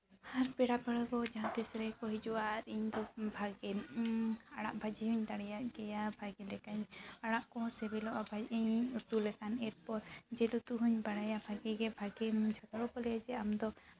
ᱟᱨ ᱯᱮᱲᱟ ᱯᱟᱹᱲᱦᱟᱹ ᱠᱚ ᱡᱟᱦᱟᱸ ᱛᱤᱸᱥ ᱨᱮᱜᱮ ᱠᱚ ᱦᱤᱡᱩᱜᱼᱟ ᱟᱨ ᱤᱧᱫᱚ ᱵᱷᱟᱜᱮ ᱟᱲᱟᱜ ᱵᱷᱟᱹᱡᱤ ᱦᱚᱸᱧ ᱫᱟᱲᱮᱭᱟᱜ ᱜᱮᱭᱟ ᱵᱷᱟᱜᱮ ᱞᱮᱠᱟᱧ ᱟᱲᱟᱜ ᱠᱚᱦᱚᱸ ᱥᱤᱵᱤᱞᱚᱜᱼᱟ ᱤᱧᱤᱧ ᱩᱛᱩ ᱞᱮᱠᱷᱟᱱ ᱮᱨᱯᱚᱨ ᱡᱤᱞ ᱩᱛᱩ ᱦᱚᱸᱧ ᱵᱟᱲᱟᱭᱟ ᱵᱷᱟᱹᱜᱤ ᱜᱮ ᱵᱷᱟᱹᱜᱤ ᱡᱚᱛᱚ ᱦᱚᱲᱠᱚ ᱞᱟᱹᱭᱟ ᱡᱮ ᱟᱢᱫᱚ